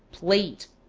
plate,